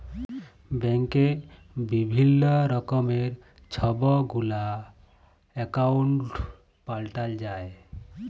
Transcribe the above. ব্যাংকে বিভিল্ল্য রকমের ছব গুলা একাউল্ট পাল্টাল যায়